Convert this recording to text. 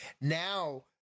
Now